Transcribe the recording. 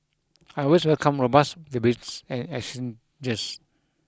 I always welcome robust debates and exchanges